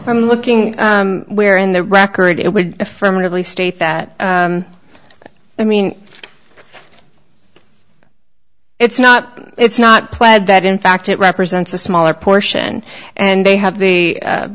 from looking where in the record it would affirmatively state that i mean it's not it's not plaid that in fact it represents a smaller portion and they have the